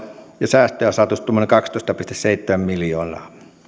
ja säästöjä saatu tuommoinen kaksitoista pilkku seitsemän miljoonaa